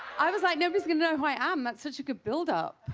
i was like, nobody is going to know who i am. that's such a good build up.